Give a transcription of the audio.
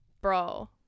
bro